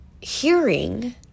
hearing